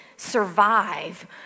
survive